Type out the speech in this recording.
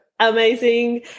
Amazing